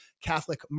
catholic